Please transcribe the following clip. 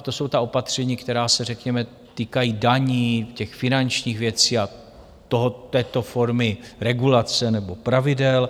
To jsou ta opatření, která se řekněme týkají daní, finančních věcí a této formy regulace nebo pravidel.